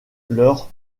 leur